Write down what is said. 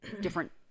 different